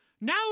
Now